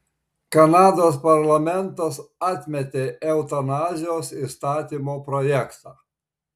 kanados parlamentas atmetė eutanazijos įstatymo projektą